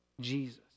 Jesus